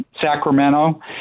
Sacramento